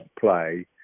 play